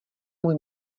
můj